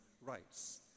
rights